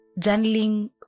Journaling